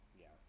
Yes